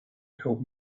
help